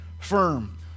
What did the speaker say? firm